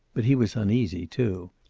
but he was uneasy, too.